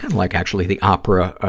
and like actually the opera,